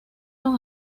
los